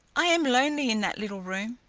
i am lonely in that little room.